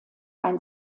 ein